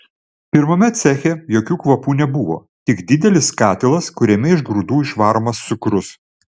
pirmame ceche jokių kvapų nebuvo tik didelis katilas kuriame iš grūdų išvaromas cukrus